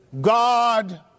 God